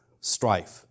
strife